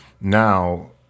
now